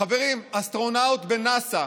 חברים, אסטרונאוט בנאס"א